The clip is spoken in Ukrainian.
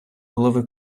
голови